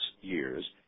years